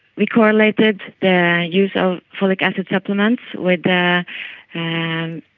we correlated the use of folic acid supplements with the and